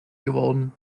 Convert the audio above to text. geworden